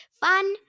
Fun